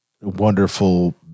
wonderful